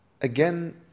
Again